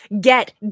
get